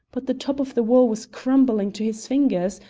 but the top of the wall was crumbling to his fingers,